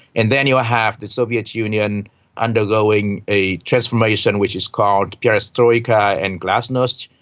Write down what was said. and then you ah have the soviet union undergoing a transformation which is called perestroika and glasnost,